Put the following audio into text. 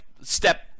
step